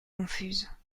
confuses